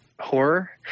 horror